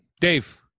Dave